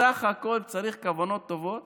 בסך הכול צריך כוונות טובות